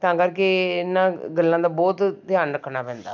ਤਾਂ ਕਰਕੇ ਇਨ੍ਹਾਂ ਗੱਲਾਂ ਦਾ ਬਹੁਤ ਧਿਆਨ ਰੱਖਣਾ ਪੈਂਦਾ